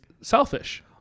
selfish